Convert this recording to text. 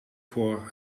voor